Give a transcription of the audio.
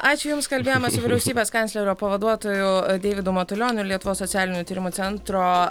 ačiū jums kalbėjome su vyriausybės kanclerio pavaduotoju deividu matulioniu ir lietuvos socialinių tyrimų centro